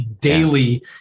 daily